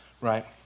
right